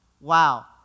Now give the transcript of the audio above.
Wow